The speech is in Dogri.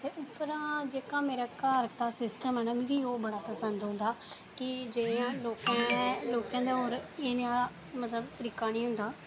ते जेह्का मेरे घर दा सिस्टम ऐ ना ओह् मिगी बड़ा पसंद औंदा ते जेह्का लोकें दे होर लोकें दे एह् जेहा तरीका निं होंदा